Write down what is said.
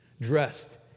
dressed